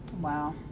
Wow